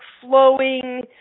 flowing